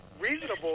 reasonable